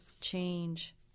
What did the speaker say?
change